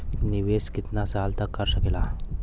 निवेश कितना साल तक कर सकीला?